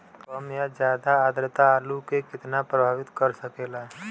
कम या ज्यादा आद्रता आलू के कितना प्रभावित कर सकेला?